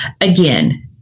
again